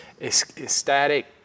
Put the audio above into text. ecstatic